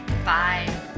Bye